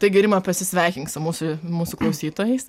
taigi rima pasisveikink su mūsų mūsų klausytojais